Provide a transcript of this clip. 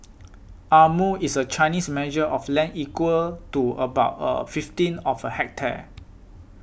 a mu is a Chinese measure of land equal to about a fifteenth of a hectare